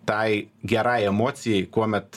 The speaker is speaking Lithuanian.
tai gerai emocijai kuomet